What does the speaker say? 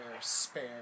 spare